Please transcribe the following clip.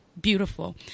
beautiful